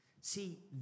See